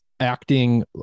Acting